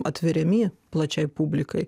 atveriami plačiai publikai